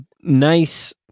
nice